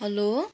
hello